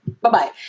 bye-bye